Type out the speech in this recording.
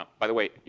um by the way,